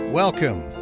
Welcome